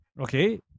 Okay